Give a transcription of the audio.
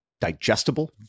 digestible